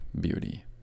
beauty